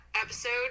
episode